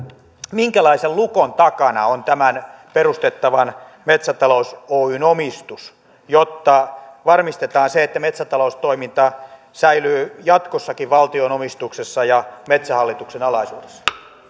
minkälaisen lukon takana on tämän perustettavan metsätalous oyn omistus jotta varmistetaan se että metsätaloustoiminta säilyy jatkossakin valtion omistuksessa ja metsähallituksen alaisuudessa